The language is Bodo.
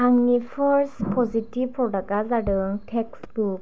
आंनि फार्स्ट पजिटिब प्रडाक्टआ जादों टेक्सबुक